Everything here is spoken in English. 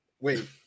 wait